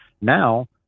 Now